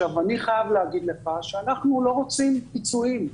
אני חייב להגיד לך שאנחנו לא רוצים פיצויים,